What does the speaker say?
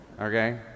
Okay